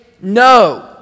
no